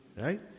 right